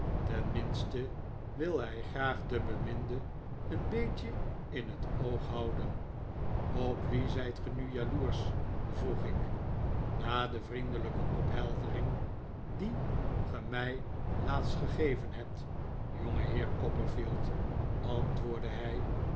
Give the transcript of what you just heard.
tenminste wil hij graag de beminde een beetje in het oog houden op wien zijt ge nu jaloersch vroeg ik na de vriendelijke opheldering die ge mij laatst gegeven hebt jongeheer copperfield antwoordde hij